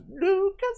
Lucas